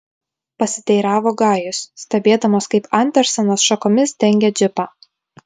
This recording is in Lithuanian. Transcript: pasiteiravo gajus stebėdamas kaip andersenas šakomis dengia džipą